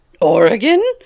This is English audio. Oregon